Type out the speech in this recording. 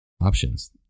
options